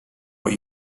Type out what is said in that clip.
what